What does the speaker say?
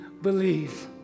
believe